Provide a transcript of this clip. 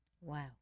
Wow